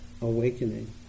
awakening